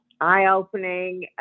eye-opening